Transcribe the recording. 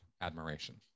admiration